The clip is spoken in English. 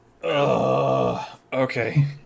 Okay